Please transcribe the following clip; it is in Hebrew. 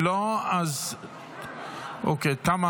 אם לא, אוקיי,